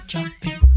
Jumping